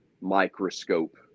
microscope